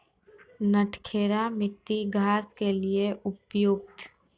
नटखेरा मिट्टी घास के लिए उपयुक्त?